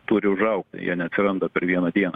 turi užaugt jie neatsiranda per vieną dieną